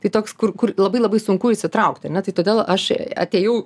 tai toks kur kur labai labai sunku įsitraukt ar ne tai todėl aš atėjau